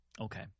Okay